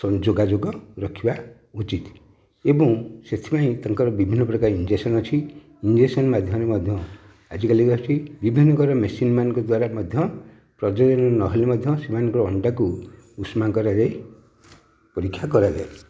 ଯୋଗାଯୋଗ ରଖିବା ଉଚିତ ଏବଂ ସେଥିପାଇଁ ତାଙ୍କର ବିଭିନ୍ନ ପ୍ରକାର ଇଞ୍ଜେକ୍ସନ ଅଛି ଇଞ୍ଜେକ୍ସନ ମାଧ୍ୟମରେ ମଧ୍ୟ ଆଜି କାଲି ଆସୁଛି ବିଭିନ୍ନ ପ୍ରକାର ମେସିନ୍ ମାନଙ୍କ ଦ୍ୱାରା ମଧ୍ୟ ପ୍ରଯୋଜନ ନହେଲେ ମଧ୍ୟ ସେମାନଙ୍କ ଅଣ୍ଡାକୁ ଉଷ୍ମ କରାଯାଇ ପରୀକ୍ଷା କରାଯାଏ